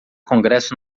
congresso